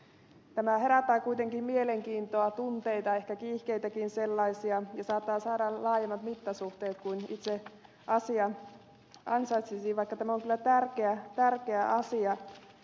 tämä herättää kuitenkin mielenkiintoa tunteita ehkä kiihkeitäkin sellaisia ja saattaa saada laajemmat mittasuhteet kuin itse asia ansaitsisi vaikka tämä on kyllä tärkeä asia